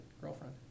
girlfriend